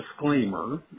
disclaimer